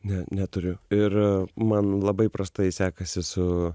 ne neturiu ir man labai prastai sekasi su